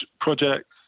projects